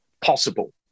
possible